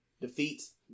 defeats